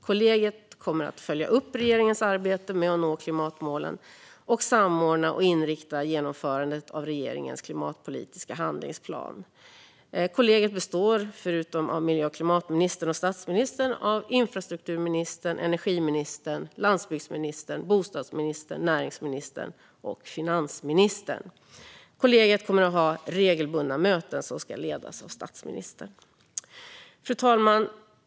Kollegiet kommer att följa upp regeringens arbete med att nå klimatmålen och samordna och inrikta genomförandet av regeringens klimatpolitiska handlingsplan. Kollegiet består förutom av miljö och klimatministern och statsministern av infrastrukturministern, energiministern, landsbygdsministern, bostadsministern, näringsministern och finansministern. Kollegiet kommer att ha regelbundna möten som ska ledas av statsministern. Fru talman!